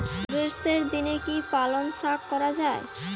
গ্রীষ্মের দিনে কি পালন শাখ করা য়ায়?